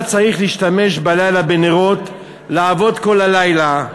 צריך להשתמש בלילה בנרות, לעבוד כל הלילה.